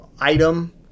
item